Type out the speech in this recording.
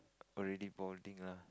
already boarding lah